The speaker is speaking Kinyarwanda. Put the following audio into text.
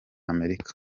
amerika